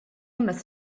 must